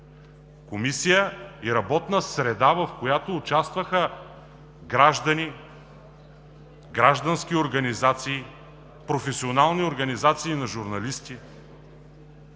комисия и работна среда, в която участваха граждани, граждански организации, професионални организации на журналисти,